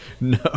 No